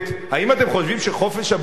האם אתם חושבים שחופש הביטוי